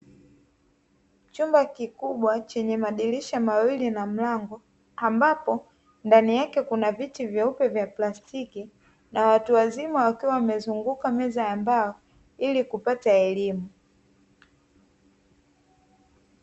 Chumba kikubwa chenye madirisha mawili na mlango, ambapo ndani yake kuna viti vyeupe vya plastiki na watu wazima wakiwa wamezunguka meza ya mbao ili kupata elimu.